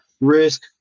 risk